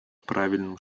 правильным